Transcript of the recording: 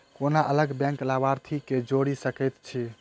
कोना अलग बैंकक लाभार्थी केँ जोड़ी सकैत छी?